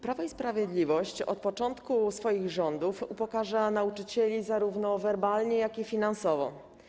Prawo i Sprawiedliwość od początku swoich rządów upokarza nauczycieli zarówno werbalnie, jak i finansowo.